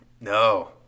No